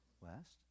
west